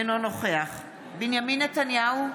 אינו נוכח בנימין נתניהו,